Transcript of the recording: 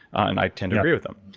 and i tend to agree with them.